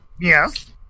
Yes